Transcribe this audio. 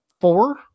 four